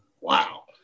wow